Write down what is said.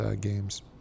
games